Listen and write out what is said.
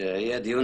בעצם פלוגת בית,